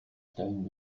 stellen